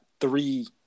three